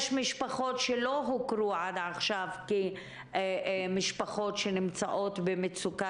יש משפחות שעד עכשיו לא הוכרו כמשפחות שנמצאות במצוקה